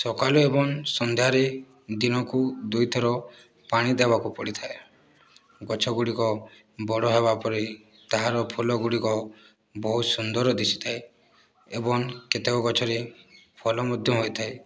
ସକାଳେ ଏବଂ ସନ୍ଧ୍ୟାରେ ଦିନକୁ ଦୁଇଥର ପାଣି ଦେବାକୁ ପଡ଼ିଥାଏ ଗଛଗୁଡ଼ିକ ବଡ଼ ହେବା ପରେ ତାହାର ଫୁଲ ଗୁଡ଼ିକ ବହୁତ ସୁନ୍ଦର ଦିଶିଥାଏ ଏବଂ କେତେକ ଗଛରେ ଫଳ ମଧ୍ୟ ହୋଇଥାଏ